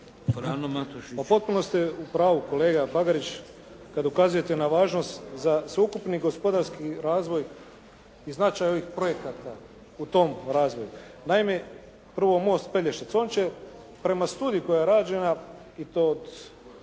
Pa potpuno ste u pravu kolega Bagarić kad ukazujete na važnost za sveukupni gospodarski razvoj i značaj ovih projekata u tom razvoju. Naime, prvo most Pelješac. On će prema studiji koja je rađena i to od